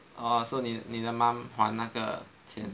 orh so 你的妈妈还那个钱